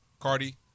Cardi